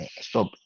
stop